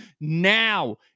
now